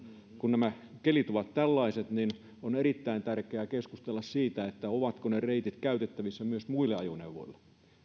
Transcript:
kun nämä kelit ovat tällaiset niin on erittäin tärkeää keskustella siitä ovatko ne reitit käytettävissä myös muille ajoneuvoille